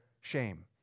shame